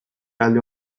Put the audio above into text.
alde